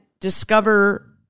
discover